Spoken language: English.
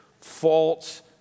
false